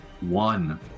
one